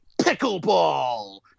pickleball